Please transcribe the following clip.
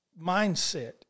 mindset